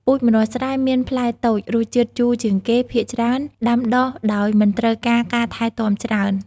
ពូជម្នាស់ស្រែមានផ្លែតូច រសជាតិជូរជាងគេ ភាគច្រើនដាំដុះដោយមិនត្រូវការការថែទាំច្រើន។